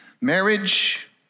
marriage